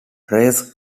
race